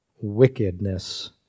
wickedness